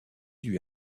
lui